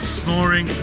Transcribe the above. snoring